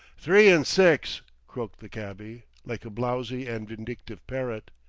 three n six! croaked the cabby, like a blowsy and vindictive parrot.